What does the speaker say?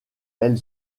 elle